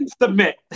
Submit